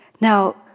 Now